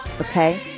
okay